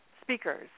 speakers